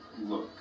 look